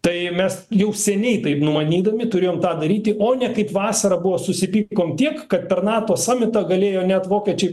tai mes jau seniai taip numanydami turėjom tą daryti o ne kaip vasarą buvo susipykom tiek kad per nato samitą galėjo net vokiečiai